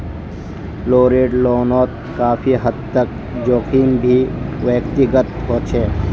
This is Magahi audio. लवरेज्ड लोनोत काफी हद तक जोखिम भी व्यक्तिगत होचे